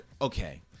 okay